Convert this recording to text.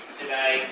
today